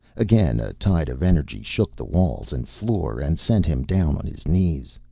again a tide of energy shook the walls and floor and sent him down on his knees.